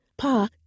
Pa